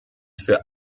für